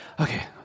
okay